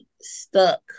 stuck